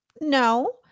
No